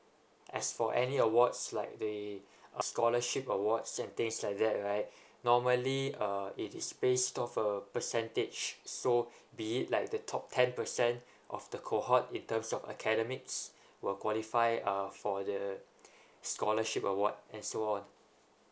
as for any awards like the uh scholarship awards and things like that right normally uh it is based of a percentage so be it like the top ten percent of the cohort in terms of academics will qualify uh for the scholarship award and so on